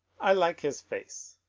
i like his face.